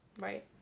Right